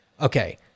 okay